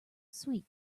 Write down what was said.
sweet